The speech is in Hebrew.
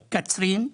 קצרין,